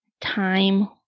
time